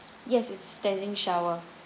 yes it's standing shower